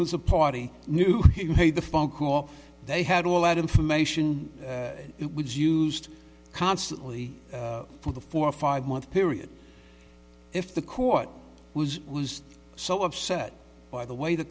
who's a party knew the phone call they had all that information it was used constantly for the four or five month period if the court was was so upset by the way the